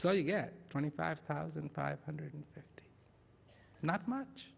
so you get twenty five thousand five hundred not much